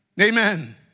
Amen